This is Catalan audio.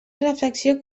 reflexió